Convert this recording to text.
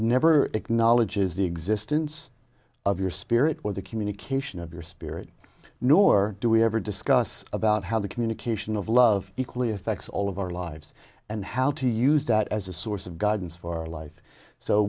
never acknowledges the existence of your spirit or the communication of your spirit nor do we ever discuss about how the communication of love equally affects all of our lives and how to use that as a source of guidance for life so